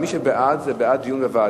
מי שבעד, זה בעד דיון בוועדה.